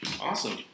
Awesome